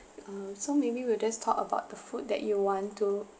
uh so maybe we'll just talk about the food that you want to